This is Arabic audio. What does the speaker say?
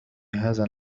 هذا